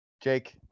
Jake